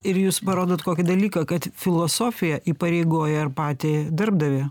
ir jūs parodot kokį dalyką kad filosofija įpareigoja ir patį darbdavį